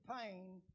pain